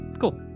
cool